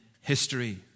history